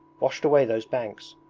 washed away those banks,